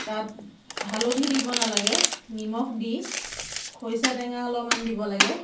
তাত হালধি দিব নালাগে নিমখ দি খৰিচা টেঙা অলপমান দিব লাগে